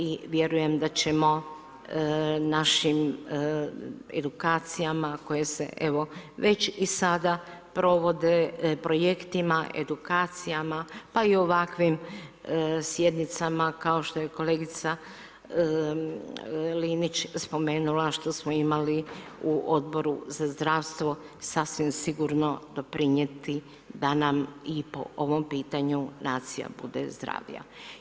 I vjerujem da ćemo našim edukacijama koje se evo već i sada provode, projektima, edukacijama pa i ovakvim sjednicama kao što je kolegica Linić spomenula što smo imali u Odboru za zdravstvo sasvim sigurno doprinijeti da nam i po ovom pitanju nacija bude zdravija.